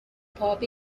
pob